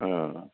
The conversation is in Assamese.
অঁ